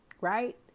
right